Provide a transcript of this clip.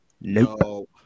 No